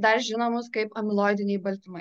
dar žinomus kaip amiloidiniai baltymai